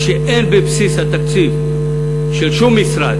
כשאין בבסיס התקציב של שום משרד,